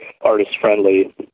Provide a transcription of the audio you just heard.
artist-friendly